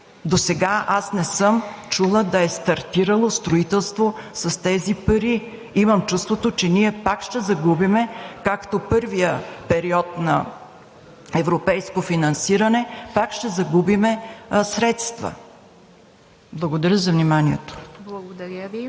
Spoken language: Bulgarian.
Досега аз не съм чула да е стартирало строителство с тези пари. Имам чувството, че ние пак ще загубим – както първият период на европейско финансиране, пак ще загубим средства. Благодаря за вниманието. ПРЕДСЕДАТЕЛ